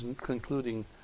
concluding